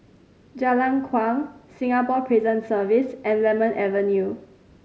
Jalan Kuang Singapore Prison Service and Lemon Avenue